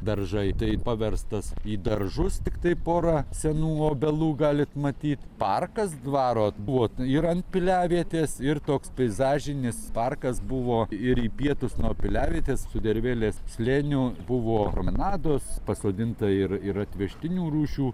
daržai tai paverstas į daržus tiktai porą senų obelų galit matyt parkas dvaro buvo ir ant piliavietės ir toks peizažinis parkas buvo ir į pietus nuo piliavietės sudervėlės slėniu buvo promenados pasodinta ir ir atvežtinių rūšių